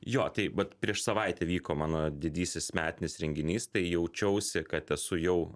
jo tai vat prieš savaitę vyko mano didysis metinis renginys tai jaučiausi kad esu jau